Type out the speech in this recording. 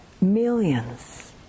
millions